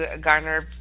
garner